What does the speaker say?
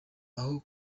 aho